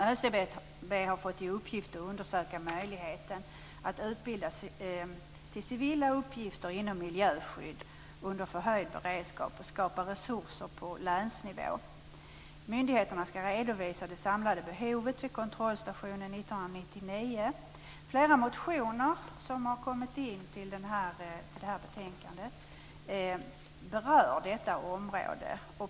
ÖCB har fått i uppgift att undersöka möjligheten att utbilda till civila uppgifter inom miljöskydd under förhöjd beredskap och att skapa resurser på länsnivå. Myndigheterna skall redovisa det samlade behovet till kontrollstationen 1999. Flera av de motioner som behandlas i detta betänkande berör detta område.